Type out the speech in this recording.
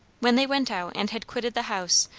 when they went out and had quitted the house,